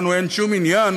לנו אין שום עניין